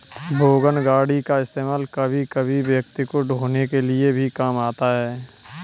wagon गाड़ी का इस्तेमाल कभी कभी व्यक्ति को ढ़ोने के लिए भी काम आता है